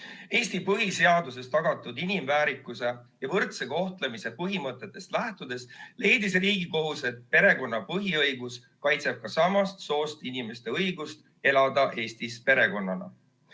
Eesti põhiseaduses tagatud inimväärikuse ja võrdse kohtlemise põhimõtetest lähtudes leidis Riigikohus, et perekonnapõhiõigus kaitseb samast soost inimeste õigust elada Eestis perekonnana.